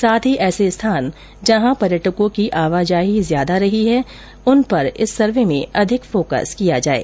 साथ ही ऐसे स्थान जहां पर्यटकों की आवाजाही ज्यादा रही है उन पर इस सर्वे में अधिक फोकस किया जाये